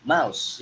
Mouse